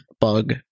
bug